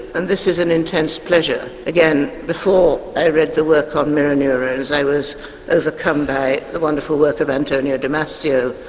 and this is an intense pleasure. again, before i read the work of mirror neurons i was overcome by the wonderful work of antonio damasio,